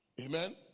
Amen